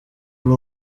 ubu